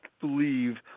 believe